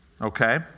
Okay